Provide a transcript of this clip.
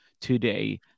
today